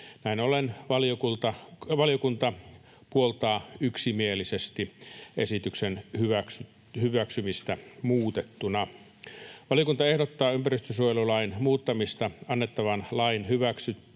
Näin ollen valiokunta puoltaa yksimielisesti esityksen hyväksymistä muutettuna. Valiokunta ehdottaa ympäristönsuojelulain muuttamisesta annettavan lain hyväksymistä